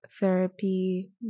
therapy